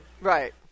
right